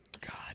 God